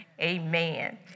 Amen